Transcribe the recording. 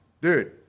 dude